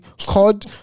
COD